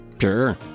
Sure